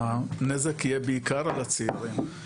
הנזק יהיה בעיקר על הצעירים.,